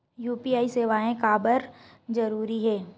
UPI सेवाएं काबर जरूरी हे?